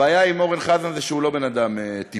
הבעיה עם אורן חזן היא שהוא לא בן אדם טיפש.